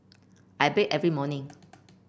I bathe every morning